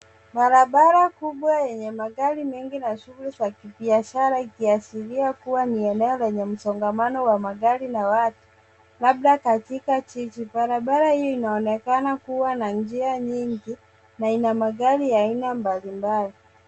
Barabara kubwa yenye magari mengi na shughuli za kibiashara ikiashiria kuwa ni eneo lenye msongamano wa magari na watu, labda katika jiji. Barabara hii inaonekana kuwa na njia nyingi na ina magari ya aina mbalimbali.